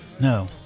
no